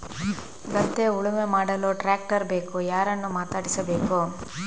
ಗದ್ಧೆ ಉಳುಮೆ ಮಾಡಲು ಟ್ರ್ಯಾಕ್ಟರ್ ಬೇಕು ಯಾರನ್ನು ಮಾತಾಡಿಸಬೇಕು?